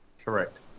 Correct